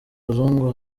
abazungu